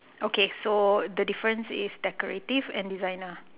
okay so the difference is decorative and designer